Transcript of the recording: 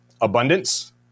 abundance